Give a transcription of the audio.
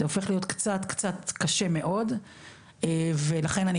זה הופך להיות קצת קצת קשה מאוד ולכן אני